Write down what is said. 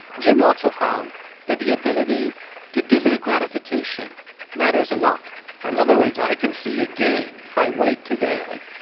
jim also found that the ability to delay gratification matters a lot in and other words, i can see a gain. if i wait today, like,